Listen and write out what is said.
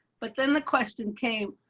but then the question came,